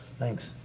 thanks.